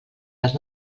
dels